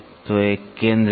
तो एक केंद्र है